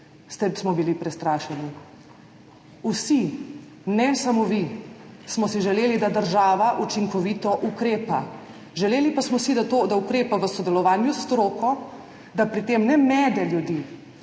bili smo prestrašeni. Vsi, ne samo vi, smo si želeli, da država učinkovito ukrepa, želeli pa smo si, da ukrepa v sodelovanju s stroko, da pri tem ne mede ljudi,